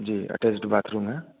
जी attached bathroom है